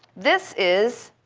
this is